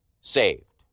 saved